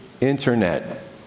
internet